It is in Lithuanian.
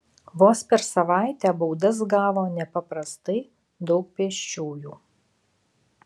vos per savaitę baudas gavo nepaprastai daug pėsčiųjų